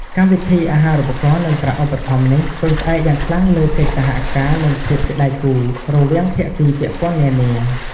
កម្មវិធីអាហារូបករណ៍ និង ប្រាក់ឧបត្ថម្ភ នេះ ពឹងផ្អែកយ៉ាងខ្លាំង លើ កិច្ចសហការ និង ភាពជាដៃគូ រវាង ភាគីពាក់ព័ន្ធនានា។